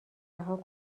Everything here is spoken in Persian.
رها